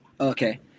Okay